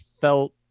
felt